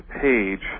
page